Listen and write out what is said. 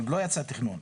עוד לא יצא תכנון,